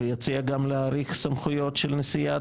ויציע גם להאריך סמכויות של נשיאת